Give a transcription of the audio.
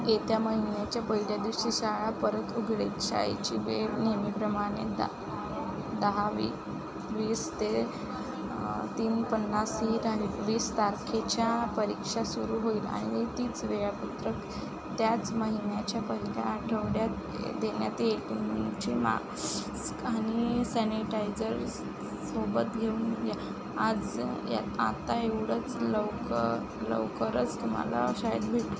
येत्या महिन्याच्या पहिल्या दिवशी शाळा परत उघडेल शाळेची वेळ नेहमी प्रमाणे दा दहा वी वीस ते तीन पन्नास ही राहील वीस तारखेच्या परीक्षा सुरू होईल आणि तिचं वेळापत्रक त्याच महिन्याच्या पहिल्या आठवड्यात ए देण्यात येईल तुमचे मास्क आणि सॅनिटायझर्स सोबत घेऊन या आज या आता एवढंच लवकर लवकरच तुम्हाला शाळेत भेट